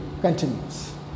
continues